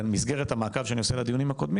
ובמסגרת המעקב שאני עושה על הדיונים הקודמים